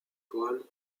paul